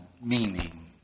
meaning